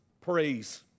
praise